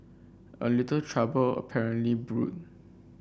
a little trouble apparently brewed